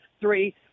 three